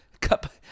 cup